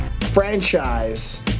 franchise